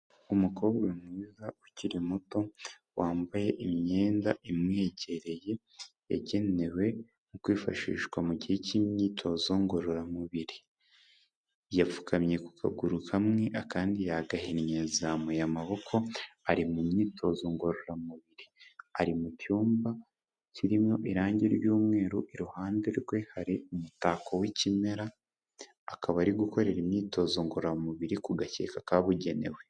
Umukobwa mwiza ukiri muto, wambaye imyenda imwegereye yagenewe kwifashishwa mu gihe cy'imyitozo ngororamubiri, yapfukamye ku kaguru kamwe akandi yagahinnye, yazamuye amaboko, ari mu myitozo ngororamubiri, ari mu cyumba kirimo irangi ry'umweru, iruhande rwe hari umutako w'ikimera, akaba ari gukorera imyitozo ngororamubiri ku gakeka kabugenewe.